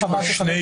לא, פנקס הבוחרים.